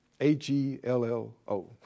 H-E-L-L-O